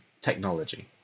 technology